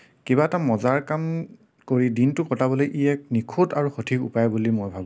কিবা এটা মজাৰ কাম কৰি দিনটো কটাবলৈ ই এক নিখুত আৰু সঠিক উপায় বুলি মই ভাবোঁ